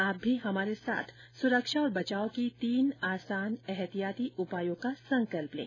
आप भी हमारे साथ सुरक्षा और बचाव के तीन आसान एहतियाती उपायों का संकल्प लें